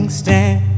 stand